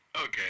Okay